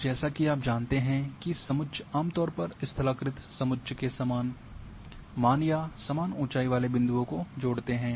और जैसा कि आप जानते हैं कि समुच्च आमतौर पर स्थलाकृत समुच्च के समान मान या समान ऊँचाई वाले बिंदुओं को जोड़ते हैं